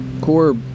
core